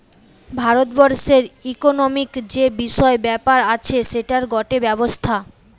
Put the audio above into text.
ভারত বর্ষের ইকোনোমিক্ যে বিষয় ব্যাপার আছে সেটার গটে ব্যবস্থা